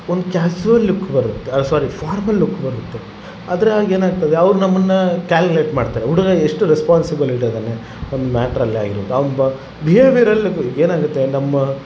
ಒಂದು casual look ಬರುತ್ತೆ sorry formal look ಬರುತ್ತೆ ಅದ್ರಾಗೆ ಏನಾಗ್ತದೆ ಅವ್ರು ನಮ್ಮನ್ನು ಕ್ಯಾಲ್ಕ್ಲೇಟ್ ಮಾಡ್ತಾರೆ ಹುಡುಗ ಎಷ್ಟು ರೆಸ್ಪೋನ್ಸಿಬಲ್ ಇಡ್ಯಾದಾನೆ ಒಂದು ಮ್ಯಾಟ್ರಲ್ಲೇ ಆಗಿರುತ್ತೆ ಅವ್ನು ಬ ಬಿಹೇವಿಯರಲ್ಲಿ ಈಗ ಏನಾಗುತ್ತೆ ನಮ್ಮ